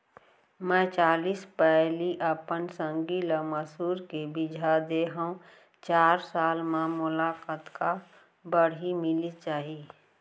मैं चालीस पैली अपन संगी ल मसूर के बीजहा दे हव चार साल म मोला कतका बाड़ही मिलिस जाही?